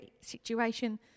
situation